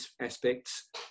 aspects